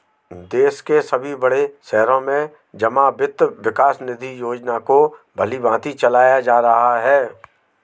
देश के सभी बड़े शहरों में जमा वित्त विकास निधि योजना को भलीभांति चलाया जा रहा है